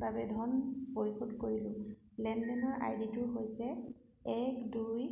বাবে ধন পৰিশোধ কৰিলোঁ লেনদেনৰ আই ডিটো হৈছে এক দুই